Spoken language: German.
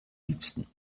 liebsten